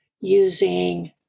using